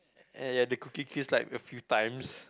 and ya the cookie crisp like a few times